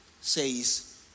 says